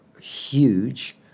huge